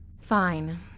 Fine